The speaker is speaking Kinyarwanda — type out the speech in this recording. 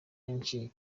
menshi